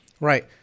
Right